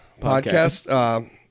podcast